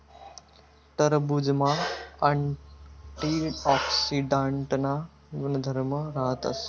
टरबुजमा अँटीऑक्सीडांटना गुणधर्म राहतस